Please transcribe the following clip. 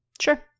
sure